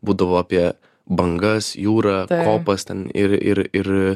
būdavo apie bangas jūrą kopas ten ir ir ir